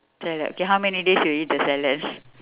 salad okay how many days you will eat the salad